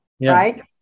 right